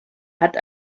hat